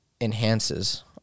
enhances